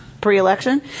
pre-election